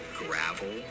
gravel